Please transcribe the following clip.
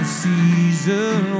season